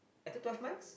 I thought twelve months